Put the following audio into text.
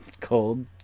cold